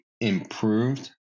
improved